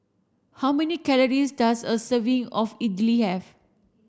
how many calories does a serving of Idly have